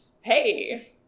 hey